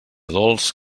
dolç